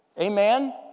Amen